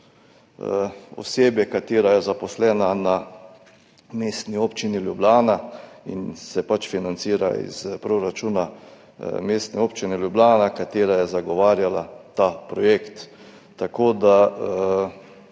oseba, ki je zaposlena na Mestni občini Ljubljana in se pač financira iz proračuna Mestne občine Ljubljana, ki je zagovarjala ta projekt, tako da